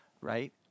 Right